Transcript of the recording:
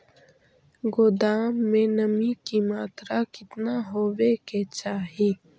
गोदाम मे नमी की मात्रा कितना होबे के चाही?